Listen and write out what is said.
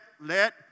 let